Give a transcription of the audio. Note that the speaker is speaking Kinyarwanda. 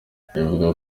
avuga